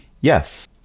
Yes